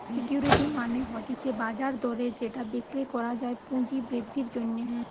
security মানে হতিছে বাজার দরে যেটা বিক্রি করা যায় পুঁজি বৃদ্ধির জন্যে